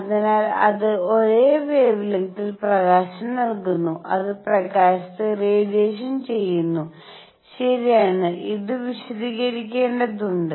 അതിനാൽഅത് ഒരേ വെവെലെങ്ത്തിൽ പ്രകാശം നൽകുന്നു അത് പ്രകാശത്തെ റേഡിയേഷൻ ചെയ്യുന്നു ശരിയാണ് ഇത് വിശദീകരിക്കേണ്ടതുണ്ട്